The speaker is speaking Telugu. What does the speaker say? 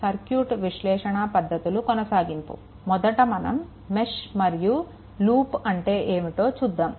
మొదట మనం మెష్ మరియు లూప్ అంటే ఏమిటో చూద్దాం